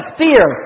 fear